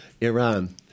Iran